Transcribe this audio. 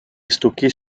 stockés